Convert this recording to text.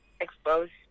exposed